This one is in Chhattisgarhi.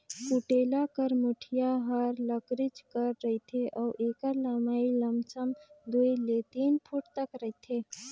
कुटेला कर मुठिया हर लकरिच कर रहथे अउ एकर लम्मई लमसम दुई ले तीन फुट तक रहथे